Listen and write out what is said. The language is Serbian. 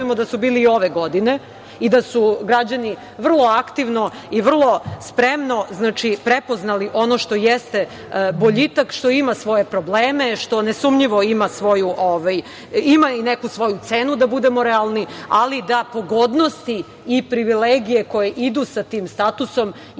da su bili i ove godine i da su građani vrlo aktivno i vrlo spremno prepoznali ono što jeste boljitak, što ima svoje problem, što nesumnjivo ima i neku svoju cenu, da budemo realni, ali da pogodnosti i privilegije koje idu sa tim statusom imaju